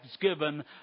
given